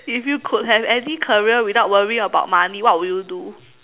if you could have any career without worrying about money what would you do